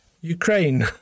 Ukraine